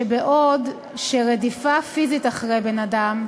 שבעוד רדיפה פיזית אחרי בן-אדם,